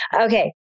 Okay